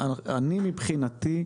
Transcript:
מבחינתי,